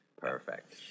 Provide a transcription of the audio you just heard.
Perfect